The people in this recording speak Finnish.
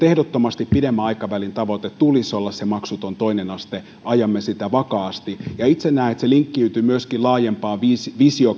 ehdottomasti pidemmän aikavälin tavoitteena tulisi olla se maksuton toinen aste ajamme sitä vakaasti ja itse näen että se linkkiytyy myöskin laajempaan visio visio